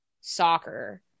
soccer